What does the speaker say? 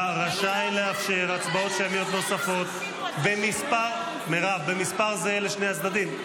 רשאי לאפשר הצבעות שמיות נוספות במספר זהה לשני הצדדים".